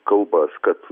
kalbas kad